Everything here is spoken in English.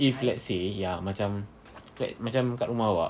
if let's say ya macam like macam kat rumah awak